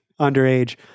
underage